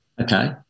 Okay